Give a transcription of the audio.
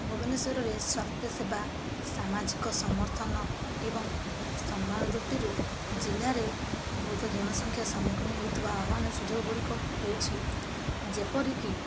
ଭୁବନେଶ୍ଵରରେ ସ୍ଵାସ୍ଥ୍ୟ ସେବା ସାମାଜିକ ସମର୍ଥନ ଏବଂ ସମ୍ମାନ ଦୃଷ୍ଟିରୁ ଜିଲ୍ଲାରେ ଦ୍ରୁତ ଜନସଂଖ୍ୟା ସମ୍ମୁଖୀନ ହେଉଥିବା ଆହ୍ଵାନ ଓ ସୁଯୋଗ ଗୁଡ଼ିକ ହେଉଛି ଯେପରି କି